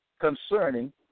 concerning